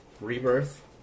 Rebirth